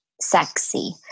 sexy